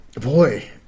Boy